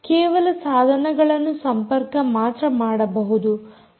ಕೇವಲ ಸಾಧನಗಳನ್ನು ಸಂಪರ್ಕ ಮಾತ್ರ ಮಾಡಬಹುದು